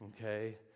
Okay